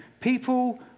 People